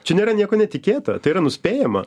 čia nėra nieko netikėta tai yra nuspėjama